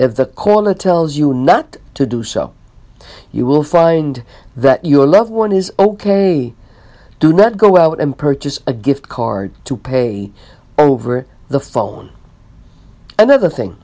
if the caller tells you not to do so you will find that your loved one is ok do not go out and purchase a gift card to pay over the phone and the other thing